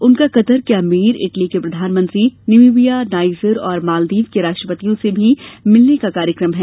उनका कतर के अमीर इटली के प्रधानमंत्री नामिबिया नाइजर और मालदीव के राष्ट्रपतियों से भी मिलने का कार्यक्रम है